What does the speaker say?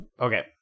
okay